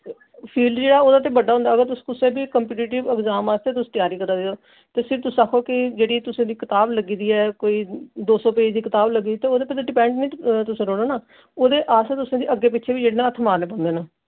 field जेह्ड़ा ओह्दा ते बड्डा होंदा अगर तुस कुसै कम्पीटीटिव एग्जाम आस्तै अगर तुस त्यारी करा दे ओ ते फिर तुस आखो कि जेह्ड़ी तुसें गी कताब लग्गी दी ऐ कोई दो सौ पेज दी कताब लग्गी ते ते ओह्दे पर डिपैंड निं तुसें रौह्ना ना ओह् ते अस तुसें गी अग्गें पिच्छें बी जेह्ड़े न हत्थ मारने पौंदे न